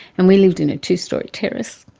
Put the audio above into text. and we lived in a two-storey terrace,